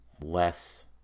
less